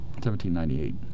1798